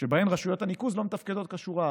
שבהם רשויות הניקוז לא מתפקדות כשורה.